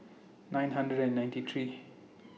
nine hundred and ninety three